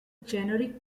generic